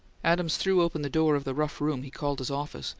adams threw open the door of the rough room he called his office,